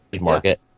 market